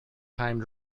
time